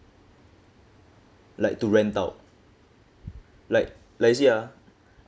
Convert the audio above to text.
like to rent out like you see ah